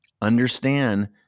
understand